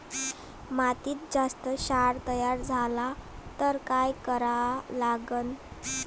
मातीत जास्त क्षार तयार झाला तर काय करा लागन?